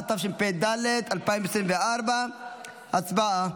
התשפ"ד 2024. הצבעה.